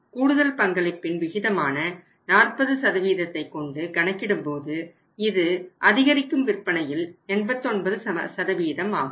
கூடுதல் பங்களிப்பின் விகிதமான 40 ஐ கொண்டு கணக்கிடும்போது இது அதிகரிக்கும் விற்பனையில் 89 ஆகும்